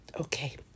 Okay